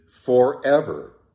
forever